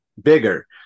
bigger